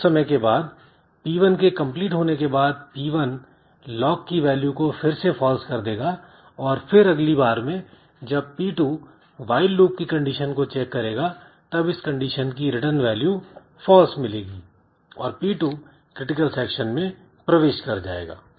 कुछ समय के बाद P1 के कंप्लीट होने के बाद P1 lock की वैल्यू को फिर से फॉल्स कर देगा और फिर अगली बार में जब P2 व्हाईल लूप की कंडीशन को चेक करेगा तब इस कंडीशन की रिटर्न वैल्यू फॉल्स मिलेगी और P2 क्रिटिकल सेक्शन में प्रवेश कर जाएगा